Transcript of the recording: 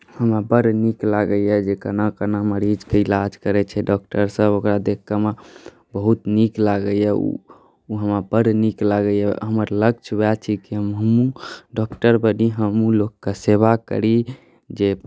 हमरा बड़ नीक लागैए जे केना केना मरीजके इलाज करैत छै डॉक्टरसभ ओकरा देखि कऽ हमरा बहुत नीक लागैए ओ हमरा बड़ नीक लागैए हमर लक्ष्य उएह छै कि हमहूँ डॉक्टर बनी हमहूँ लोकके सेवा करी जे